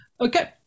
Okay